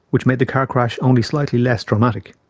which made the car crash only slightly less traumatic.